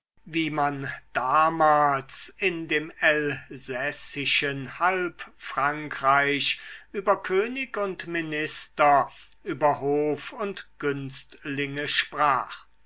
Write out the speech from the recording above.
wie man damals in dem elsässischen halbfrankreich über könig und minister über hof und günstlinge sprach